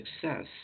success